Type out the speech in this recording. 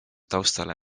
taustale